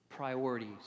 priorities